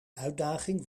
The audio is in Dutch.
uitdaging